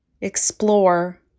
explore